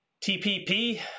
TPP